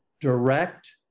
direct